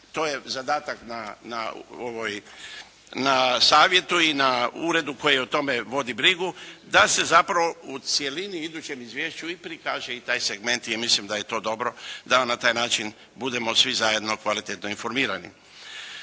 to je zadatak na savjetu i na uredu koji o tome vodi brigu da se zapravo u cjelini u idućem izvješću prikaže i taj segment i mislim da je to dobro da na taj način budemo svi zajedno kvalitetno informirani.